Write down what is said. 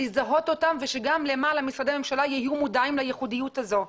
לזהות אותם ושגם למעלה משרדי הממשלה יהיו מודעים לייחודיות הזאת.